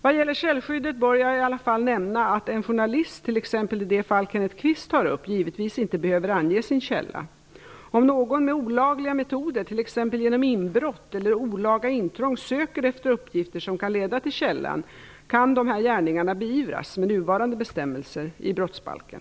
Vad gäller källskyddet bör jag i alla fall nämna att en journalist - t.ex. i det fall Kenneth Kvist tar upp - givetvis inte behöver ange sin källa. Om någon med olagliga metoder, t.ex. genom inbrott eller olaga intrång, söker efter uppgifter som kan leda till källan kan dessa gärningar beivras med nuvarande bestämmelser i brottsbalken.